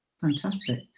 Fantastic